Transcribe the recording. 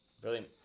Brilliant